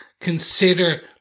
consider